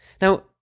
Now